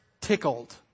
tickled